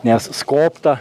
nes skobtą